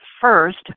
first